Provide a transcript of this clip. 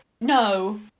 No